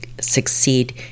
succeed